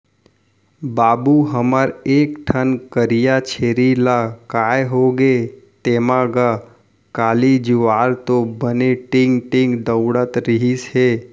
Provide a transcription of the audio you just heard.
बाबू हमर एक ठन करिया छेरी ला काय होगे तेंमा गा, काली जुवार तो बने टींग टींग दउड़त रिहिस हे